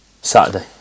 Saturday